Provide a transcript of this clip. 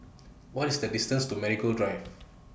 What IS The distance to Marigold Drive